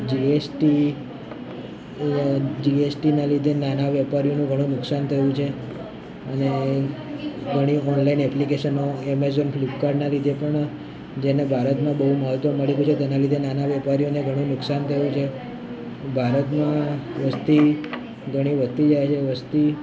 GST લ જીએસટીનાં લીધે નાના વેપારીઓનું ઘણું નુકસાન થયું છે અને ઘણી ઓનલાઈન એપ્લિકેશનો એમઝોન ફ્લિપકાર્ટનાં લીધે પણ જેને ભારતમાં બહુ મહત્ત્વ મળી ગયું છે તેનાં લીધે નાના વેપારીઓને ઘણું નુકસાન થયું છે ભારતમાં વસ્તી ઘણી વધતી જાય છે વસ્તી